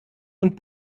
und